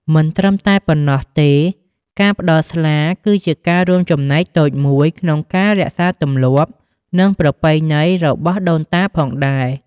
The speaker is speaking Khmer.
មិនត្រឹមតែប៉ុណ្ណោះទេ ការផ្តល់ស្លាគឺជាការរួមចំណែកតូចមួយក្នុងការរក្សាទម្លាប់ និងប្រពៃណីរបស់ដូនតាផងដែរ។